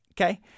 okay